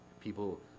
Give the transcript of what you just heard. People